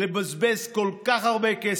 לנהל את הכול ממשרדו ולא היה צריך לבזבז כל כך הרבה כסף,